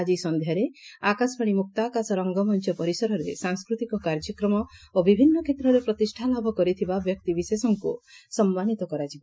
ଆଜି ସନ୍ଧ୍ୟାରେ ଆକାଶବାଣୀ ମୁକ୍ତାକାଶ ରଙ୍ଙମଞ ପରିସରରେ ସାଂସ୍କୃତିକ କାର୍ଯ୍ୟକ୍ରମ ଓ ବିଭିନ୍ନ କ୍ଷେତ୍ରରେ ପ୍ରତିଷା ଲାଭ କରିଥିବା ବ୍ୟକ୍ତିବିଶେଷଙ୍କୁ ସମ୍ମାନିତ କରାଯିବ